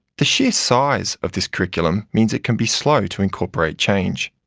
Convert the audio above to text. the sheer size of this curriculum means it can be slow to incorporate change.